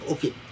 Okay